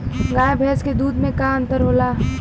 गाय भैंस के दूध में का अन्तर होला?